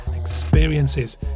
experiences